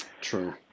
True